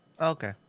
Okay